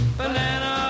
banana